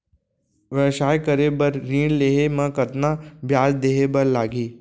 व्यवसाय करे बर ऋण लेहे म कतना ब्याज देहे बर लागही?